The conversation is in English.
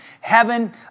heaven